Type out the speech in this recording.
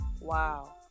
Wow